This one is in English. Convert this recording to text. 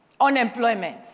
unemployment